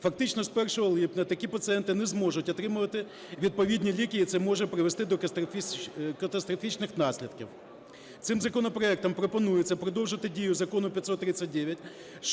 Фактично з 1 липня такі пацієнти не зможуть отримувати відповідні ліки, і це може призвести до катастрофічних наслідків. Цим законопроектом пропонується продовжити дію Закону 539